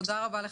תודה רבה.